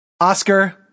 Oscar